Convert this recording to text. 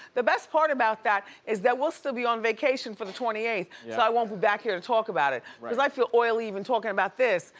the best part about that is that we'll still be on vacation for the twenty eighth. so i won't be back here to talk about it cause i feel oily even talkin and about this.